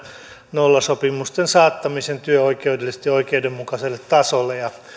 nollasopimusten saattamisen työoikeudellisesti oikeudenmukaiselle tasolle ja